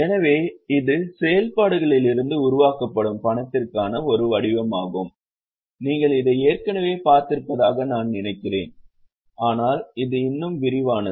எனவே இது செயல்பாடுகளில் இருந்து உருவாக்கப்படும் பணத்திற்கான ஒரு வடிவமாகும் நீங்கள் இதை ஏற்கனவே பார்த்திருப்பதாக நான் நினைக்கிறேன் ஆனால் இது இன்னும் விரிவானது